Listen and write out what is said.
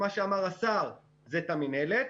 את מה שאמר השר, את המנהלת.